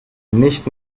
nicht